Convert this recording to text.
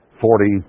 Forty